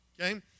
okay